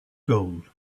gold